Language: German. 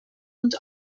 und